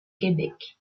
québec